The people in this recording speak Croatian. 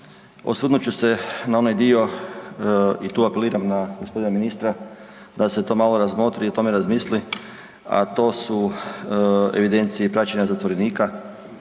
Osvrnut ću se na onaj dio i tu apeliram na gospodina ministra da se to malo razmotri i o tome razmisli, a to su evidencije i praćenja zaposlenika.